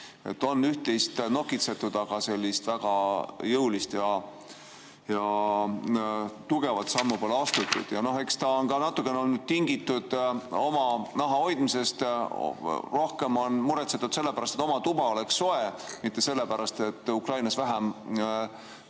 On üht-teist nokitsetud, aga sellist väga jõulist ja tugevat sammu pole astutud. Eks ta on natukene tingitud ka oma naha hoidmisest ja rohkem on muretsetud selle pärast, et oma tuba oleks soe, mitte sellepärast, et Ukrainas vähem